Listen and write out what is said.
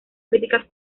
críticas